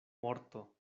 morto